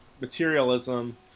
materialism